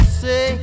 say